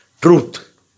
truth